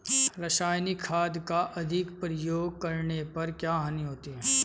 रासायनिक खाद का अधिक प्रयोग करने पर क्या हानि होती है?